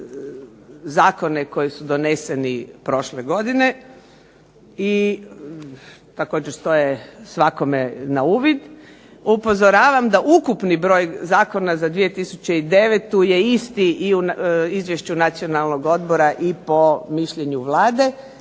zakone koji su doneseni prošle godine i također stoje svakome na uvid, upozoravam da ukupni broj zakona za 2009. je isti i u Izvješću Nacionalnog odbora i u mišljenju Vlade,